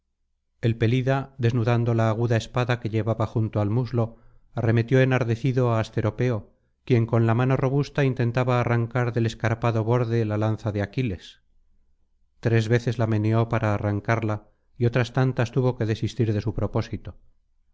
el pelida desnudando la aguda espada que llevaba junto al muslo arremetió enardecido á asteropeo quien con la mano robusta intentaba arrancar del escarpado borde la lanza de aquiles tres veces la meneó para arrancarla y otras tantas tuvo que desistir de su propósito